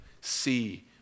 see